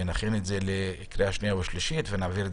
ונעביר את זה לקריאה שנייה ושלישית ונעביר את